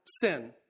sin